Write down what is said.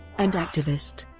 and activist.